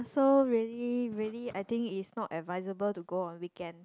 so really really I think is not advisable to go on weekends